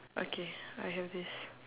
okay I have this